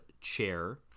chair